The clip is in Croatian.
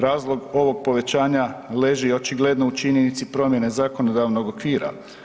Razlog ovog povećanja leži očigledno u činjenici promjene zakonodavnog okvira.